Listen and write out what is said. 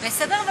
מסתכלת